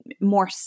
more